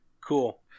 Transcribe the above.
Cool